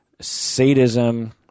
sadism